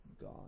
gone